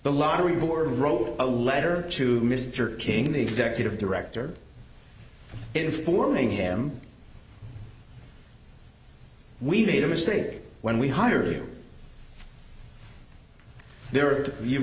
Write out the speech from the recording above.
the lottery board wrote a letter to mr king the executive director informing him we made a mistake when we hired there